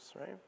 right